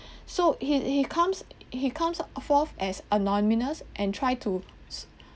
so he he comes he comes forth as anonymous and try to